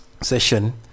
session